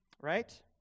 right